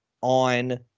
on